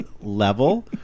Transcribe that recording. level